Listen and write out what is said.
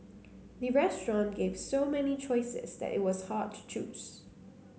the restaurant gave so many choices that it was hard to choose